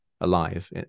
alive